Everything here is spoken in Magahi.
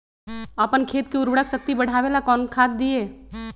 अपन खेत के उर्वरक शक्ति बढावेला कौन खाद दीये?